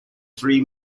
three